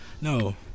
No